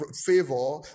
favor